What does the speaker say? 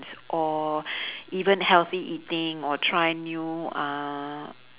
or even healthy eating or try new uh